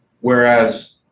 Whereas